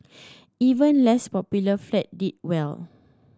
even less popular flat did well